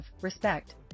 respect